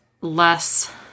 less